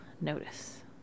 notice